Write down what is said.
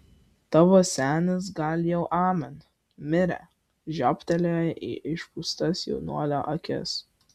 tavo senis gal jau amen mirė žiobtelėjo į išpūstas jaunuolio akis